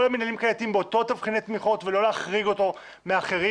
המינהלים הקהילתיים באותם תבחיני תמיכות ולא להחריג אותו מאחרים.